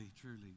truly